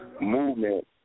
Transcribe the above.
movement